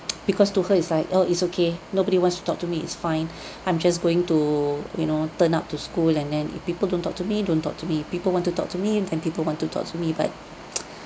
because to her is like oh it's okay nobody wants to talk to me it's fine I'm just going to you know turn up to school and then if people don't talk to me don't talk to me people want to talk to me then people want to talk to me but